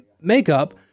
makeup